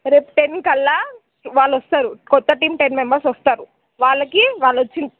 రేపు టెన్ కల్లా వాళ్ళు వస్తారు కొత్త టీం టెన్ మెంబెర్స్ వస్తారు వాళ్ళకి వాళ్ళొచ్చిన